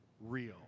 real